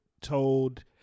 told